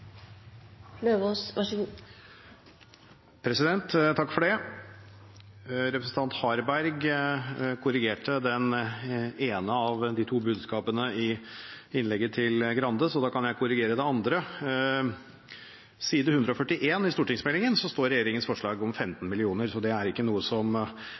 Harberg korrigerte det ene av de to budskapene i innlegget til Grande, så da kan jeg korrigere det andre. På side 141 i stortingsmeldingen står regjeringens forslag om 15 mill. kr, så det er ikke noe man har ombestemt seg på. Det var det som